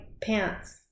pants